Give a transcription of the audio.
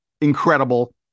incredible